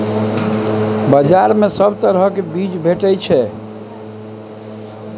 बजार मे सब तरहक बीया भेटै छै